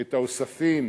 את האוספים